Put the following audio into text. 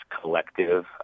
collective